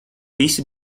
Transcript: visi